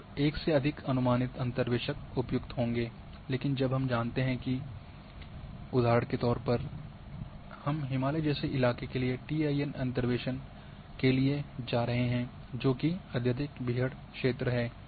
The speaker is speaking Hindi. तब एक से अधिक अनुमानित अंतर्वेशक उपयुक्त होंगे लेकिन जब हम जानते हैं कि उदाहरण के तौर पे मैं हिमालय जैसे इलाके के लिए टीआईएन अंतर्वेसन करने जा रहा हूं जो अत्यधिक बीहड़ है